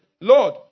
Lord